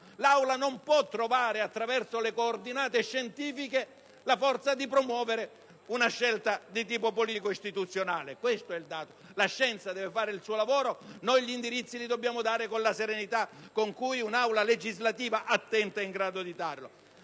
L'Aula non può trovare, attraverso le coordinate scientifiche, la forza di promuovere una scelta di tipo politico-istituzionale. La scienza deve fare il suo lavoro e noi dobbiamo dare gli indirizzi con quella serenità con cui un'Aula legislativa attenta è in grado di operare.